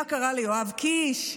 מה קרה ליואב קיש?